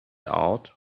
out